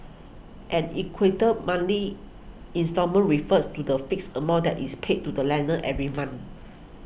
an equated monthly instalment refers to the fixed amount that is paid to the lender every month